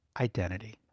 identity